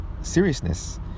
seriousness